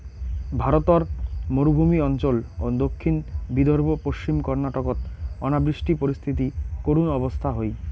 ভারতর মরুভূমি অঞ্চল ও দক্ষিণ বিদর্ভ, পশ্চিম কর্ণাটকত অনাবৃষ্টি পরিস্থিতি করুণ অবস্থা হই